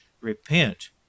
Repent